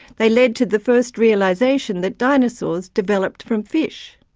they led to the first realisation that dinosaurs developed from fish.